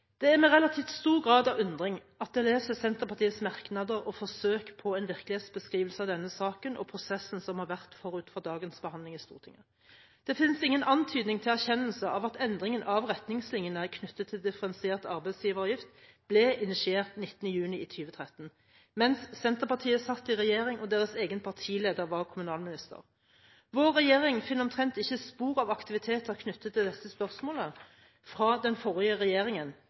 Det er med relativt stor grad av undring jeg leser Senterpartiets merknader og forsøk på en virkelighetsbeskrivelse av denne saken og prosessen som har vært forut for dagens behandling i Stortinget. Det finnes ingen antydning til erkjennelse av at endringen av retningslinjene knyttet til differensiert arbeidsgiveravgift ble initiert 19. juni i 2013, mens Senterpartiet satt i regjering og deres egen partileder var kommunalminister. Vår regjering finner omtrent ikke spor av aktiviteter knyttet til dette spørsmålet fra den forrige regjeringen